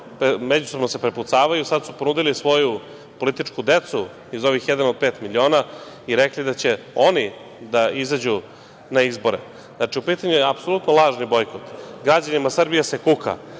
međusobno se prepucavaju, sada su ponudili svoju političku decu, iz ovih „Jedan od pet miliona“, i rekli da će oni da izađu na izbore. Znači, upitanju je apsolutno lažni bojkot. Građanima Srbije se kuka,